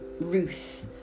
Ruth